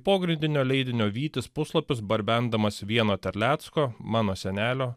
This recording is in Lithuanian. pogrindinio leidinio vytis puslapius barbendamas vieno terlecko mano senelio